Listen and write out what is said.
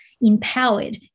empowered